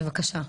בבקשה.